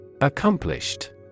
Accomplished